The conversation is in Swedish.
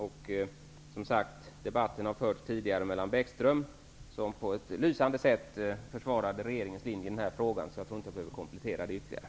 Debatten har tidigare förts av Lars Bäckström, som på ett lysande sätt försvarade regeringens linje i denna fråga. Jag tror inte att jag behöver komplettera det ytterligare.